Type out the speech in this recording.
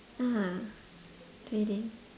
ah trading